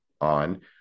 on